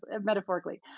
metaphorically